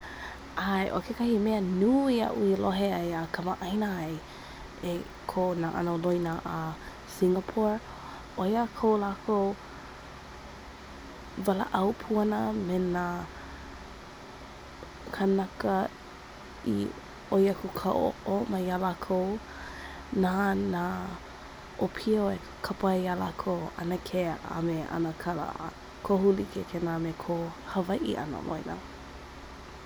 ʻAe, ʻo kekahi mea nui aʻu e lohe ai iā kamaʻaina eko ano loina a Singapore. Oia kō lākou walaʻau puana me nā kanaka ʻiʻoia kū ka oʻo mai ā lākou Nānā ʻopio e ka pai a lākou anakē a me anakala kohulike kēnā me ko Hawaiʻi ano moena